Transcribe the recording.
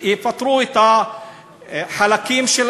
יבתרו את החלקים של